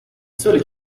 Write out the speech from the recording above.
sole